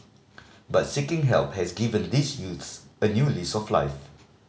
but seeking help has given these youths a new lease of life